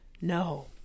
No